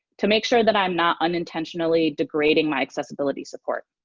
to make sure that i'm not unintentionally degrading my accessibility support.